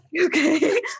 Okay